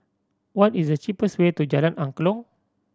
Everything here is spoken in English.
what is the cheapest way to Jalan Angklong